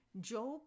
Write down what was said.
Job